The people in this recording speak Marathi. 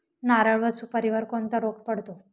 नारळ व सुपारीवर कोणता रोग पडतो?